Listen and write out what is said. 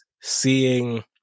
seeing